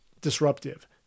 disruptive